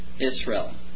Israel